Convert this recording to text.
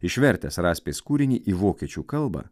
išvertęs raspės kūrinį į vokiečių kalbą